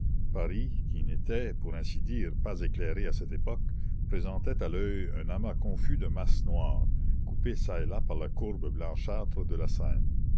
paris qui n'était pour ainsi dire pas éclairé à cette époque présentait à l'oeil un amas confus de masses noires coupé çà et là par la courbe blanchâtre de la seine